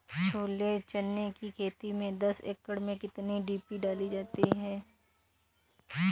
छोले चने की खेती में दस एकड़ में कितनी डी.पी डालें?